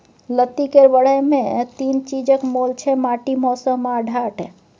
लत्ती केर बढ़य मे तीन चीजक मोल छै माटि, मौसम आ ढाठ